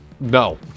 No